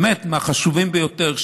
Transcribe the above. באמת מהחשובים ביותר,